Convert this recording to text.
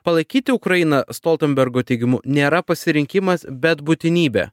palaikyti ukrainą stoltenbergo teigimu nėra pasirinkimas bet būtinybė